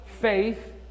faith